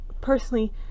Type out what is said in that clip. personally